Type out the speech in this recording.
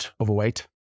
overweight